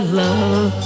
love